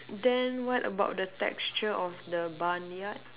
then what about the texture of the barnyard